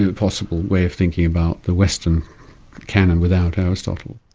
and possible way of thinking about the western canon without aristotle.